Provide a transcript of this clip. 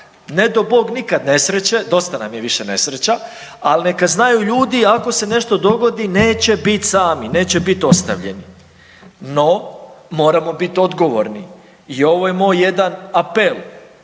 Ne do Bog nikad nesreće, dosta nam je više nesreća, ali neka znaju ljudi ako se nešto dogodi neće bit sami, neće bit ostavljeni. No moramo biti odgovorni i ovo je moj jedan apel,